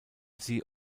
sie